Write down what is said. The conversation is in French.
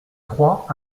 trois